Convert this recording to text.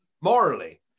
morally